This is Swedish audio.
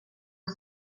att